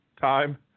time